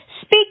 Speak